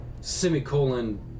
semicolon